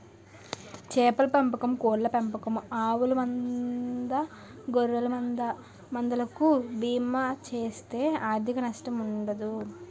చేపల పెంపకం కోళ్ళ పెంపకం ఆవుల మంద గొర్రెల మంద లకు బీమా చేస్తే ఆర్ధిక నష్టం ఉండదు